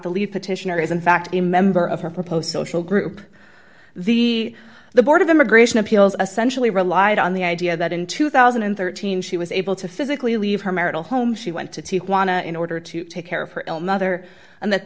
to leave petitioner is in fact a member of her proposed social group the the board of immigration appeals essential relied on the idea that in two thousand and thirteen she was able to physically leave her marital home she went to to want to in order to take care of her ill mother and that